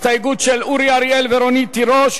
הסתייגות של אורי אריאל ורונית תירוש.